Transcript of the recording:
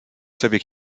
sobie